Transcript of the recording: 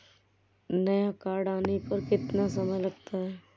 नया कार्ड आने में कितना समय लगता है?